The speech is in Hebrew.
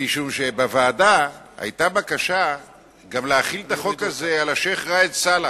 משום שבוועדה היתה בקשה להחיל את החוק הזה גם על השיח' ראאד סלאח,